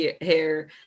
hair